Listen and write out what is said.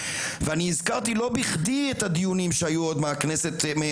הזכרתי לא בכדי את הדיונים שהיו בוועדת